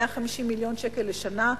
150 מיליון שקל לשנה?